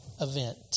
event